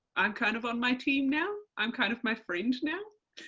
i'm kind of on my team now, i'm kind of my friend now.